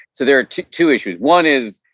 so there are two two issues. one is,